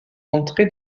entrée